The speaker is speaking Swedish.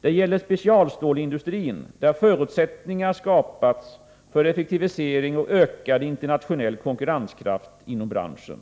Det gäller specialstålsindustrin, där förutsättningar skapats för effektivisering och ökad internationell konkurrenskraft inom branschen.